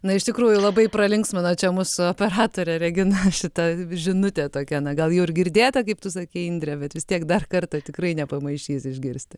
na iš tikrųjų labai pralinksmino čia mus operatorė regina šita žinutė tokia na gal jau ir girdėta kaip tu sakei indre bet vis tiek dar kartą tikrai nepamaišys išgirsti